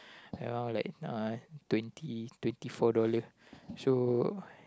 around like uh twenty twenty four dollar so